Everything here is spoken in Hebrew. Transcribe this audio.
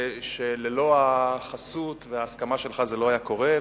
שללא החסות וההסכמה שלך, זה לא היה קורה.